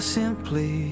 simply